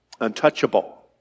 untouchable